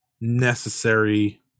necessary